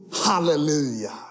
Hallelujah